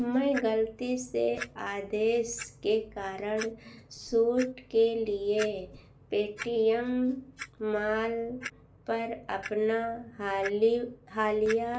मैं गलती से आदेश के कारण सूट के लिए पे टी एम मॉल पर अपना हालि हालिया